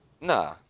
Nah